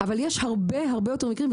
אבל יש הרבה יותר מקרים,